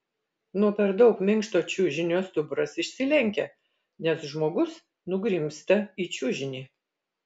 nuo per daug minkšto čiužinio stuburas išsilenkia nes žmogus nugrimzta į čiužinį